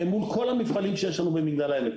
ומול כל המפעלים שיש לנו במגדל העמק.